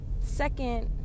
second